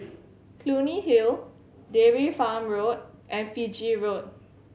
Clunny Hill Dairy Farm Road and Fiji Road